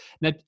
Now